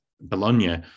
Bologna